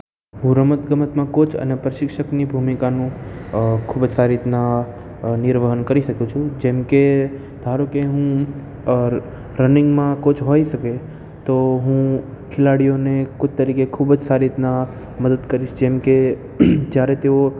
હું રમત ગમતમાં કોચ અને પ્રશિક્ષકની ભૂમિકાનું ખૂબ જ સારી રીતના નિર્વહન કરી શકું છું જેમકે ધારો કે હું રનિંગમાં કોચ હોઈ શકે તો હું ખીલાડીઓને કોચ તરીકે ખૂબ જ સારી રીતના મદદ કરીશ જેમકે જ્યારે તેઓ